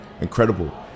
incredible